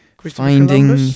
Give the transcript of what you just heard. finding